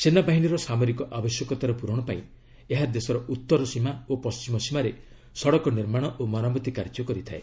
ସେନାବାହିନୀର ସାମରିକ ଆବଶ୍ୟକତାର ପୂରଣ ପାଇଁ ଏହା ଦେଶର ଉତ୍ତର ସୀମା ଓ ପଣ୍ଟିମ ସୀମାରେ ସଡ଼କ ନିର୍ମାଣ ଓ ମରାମତି କାର୍ଯ୍ୟ କରିଥାଏ